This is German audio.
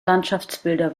landschaftsbilder